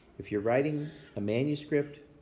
if you're writing a manuscript,